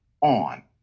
on